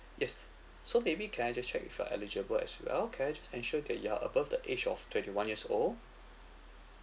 yes so maybe can I just check if you're eligible as well can I just ensure that you are above the age of twenty one years old